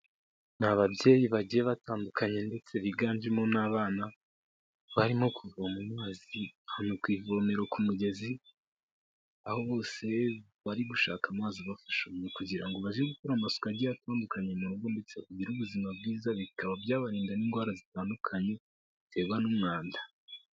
Ni ababyeyi bagiye batandukanye ndetse biganjemo n'abana barimo kuvoma amazi ahantu ku ivomero ku mugezi, aho bose bari gushaka amazi abafasha kugira ngo baze gukora amasuku agiye atandukanye mu rugo ndetse bagire ubuzima bwiza bikaba byabarinda n'indwara zitandukanye ziterwa n'umwanda.